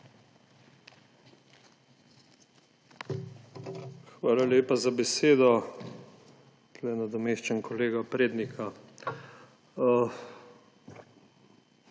Hvala lepa za besedo. Nadomeščam kolega Prednika.